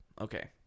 okay